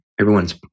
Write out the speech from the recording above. everyone's